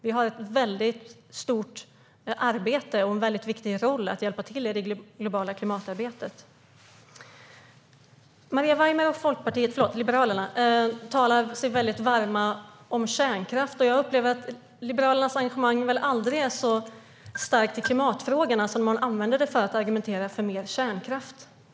Vi har ett stort arbete och en viktig roll när det gäller att hjälpa till med det globala klimatarbetet. Maria Weimer och Liberalerna talar sig varma för kärnkraft. Jag upplever att Liberalernas engagemang aldrig är så starkt i klimatfrågorna som när man använder det för att argumentera för mer kärnkraft.